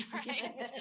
right